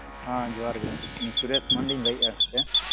ᱦᱮᱸ ᱡᱚᱦᱟᱨ ᱜᱮ ᱤᱧ ᱥᱩᱨᱮᱥ ᱢᱟᱱᱰᱤᱧ ᱞᱟᱹᱭᱮᱫᱼᱟ ᱦᱮᱸᱥᱮ